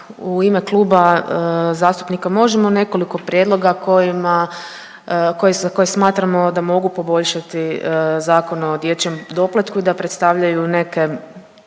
u ime Kluba zastupnika Možemo! nekoliko prijedloga kojima, koje, za koje smatramo da mogu poboljšati Zakon o dječjem doplatku i da predstavljaju neke,